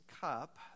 cup